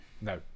No